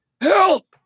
Help